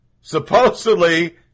supposedly